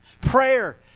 Prayer